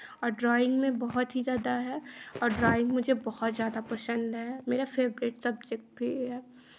और ड्राॅइंग में बहुत ही ज़्यादा है और ड्राॅइंग मुझे बहुत ज़्यादा पसन्द है मेरा फेवरेट सबसे प्रिय है